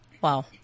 Wow